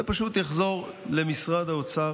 זה פשוט יחזור למשרד האוצר